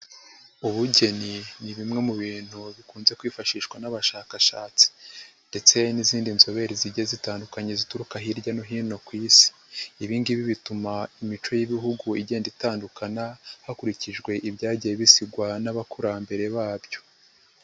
Ubugeni ni bimwe mu bintu bikunze kwifashishwa n'abashakashatsi ndetse n'izindi nzobere zigiye zitandukanye zituruka hirya no hino ku isi, ibi ngibi bituma imico y'ibihugu igenda itandukana hakurikijwe ibyagiye bisigwa n'abakurambere babyo.